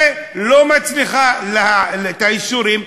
ולא מצליחה את האישורים,